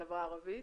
בחברה הערבית.